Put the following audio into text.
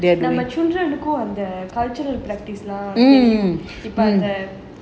நம்ம:namma children go on the cultural practice lah இப்ப அந்த:ippa antha